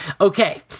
Okay